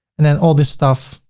and then all this stuff,